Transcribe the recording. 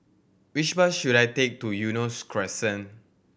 which bus should I take to Eunos Crescent